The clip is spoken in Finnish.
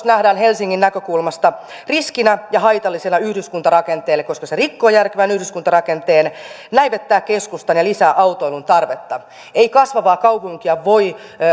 nähdään helsingin näkökulmasta riskinä ja haitallisena yhdyskuntarakenteelle koska se rikkoo järkevän yhdyskuntarakenteen näivettää keskustan ja lisää autoilun tarvetta ei kasvavaa kaupunkia voi